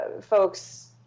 folks